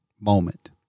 moment